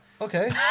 Okay